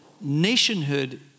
nationhood